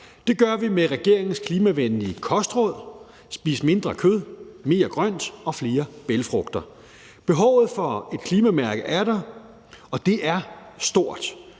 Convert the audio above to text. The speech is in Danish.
Det gør vi med regeringens klimavenlige kostråd: Spis mindre kød, mere grønt og flere bælgfrugter. Behovet for et klimamærke er der, og det er stort.